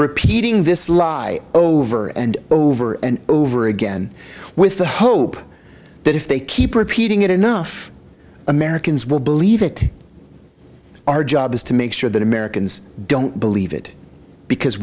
repeating this lie over and over and over again with the hope that if they keep repeating it enough americans will believe it our job is to make sure that americans don't believe it because